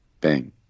Bang